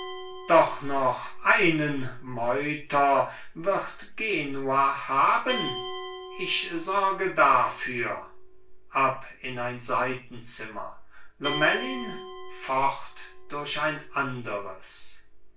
doch noch einen meuter wird genua haben ich sorge dafür ab in ein seitenzimmer lomellin fort durch ein anderes